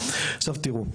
עכשיו תראו,